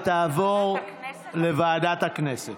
מעמד האישה, תעבור לוועדת הכנסת.